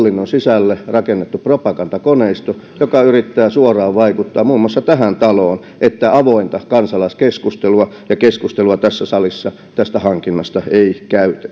sisälle rakennettu propagandakoneisto joka yrittää suoraan vaikuttaa muun muassa tähän taloon että avointa kansalaiskeskustelua ja keskustelua tässä salissa tästä hankinnasta ei